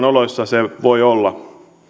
oloissa se voi olla